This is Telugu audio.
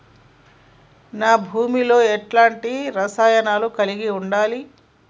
నా భూమి లో ఎలాంటి రసాయనాలను కలిగి ఉండాలి?